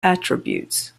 attributes